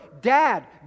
Dad